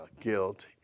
guilt